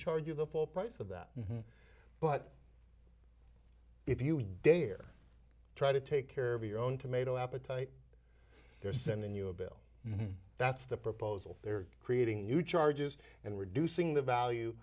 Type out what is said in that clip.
charge you the full price of that but if you dare try to take care of your own tomato appetite they're sending you a bill that's the proposal they're creating new charges and reducing the value